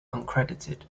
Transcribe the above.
uncredited